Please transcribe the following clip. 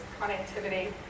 connectivity